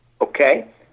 Okay